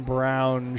Brown